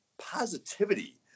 positivity